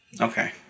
Okay